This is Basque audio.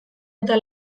eta